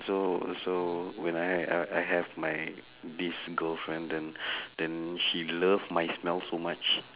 so so when I ha~ uh I have my this girlfriend then then she love my smell so much